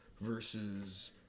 versus